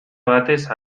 batez